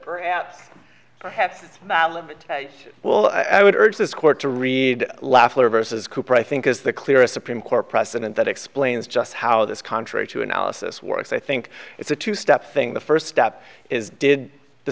perhaps i have well i would urge this court to read laughter versus cooper i think is the clearest supreme court precedent that explains just how this contrary to analysis works i think it's a two step thing the first step is did the